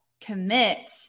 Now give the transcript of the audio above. commit